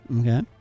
Okay